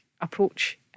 approach